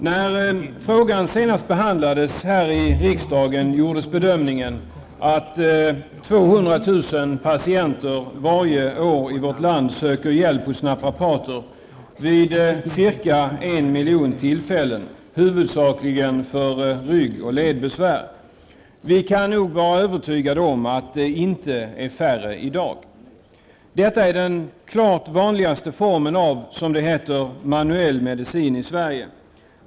När frågan senast behandlades här i riksdagen gjordes bedömningen att 200 000 patienter varje år i vårt land söker hjälp hos naprapater vid ca 1 miljon tillfällen, huvudsakligen för rygg och ledbesvär. Vi kan nog vara övertygade om att de inte är färre i dag. Detta är den klart vanligaste formen av, som det heter, manuell medicin i Sverige.